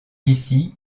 ici